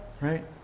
right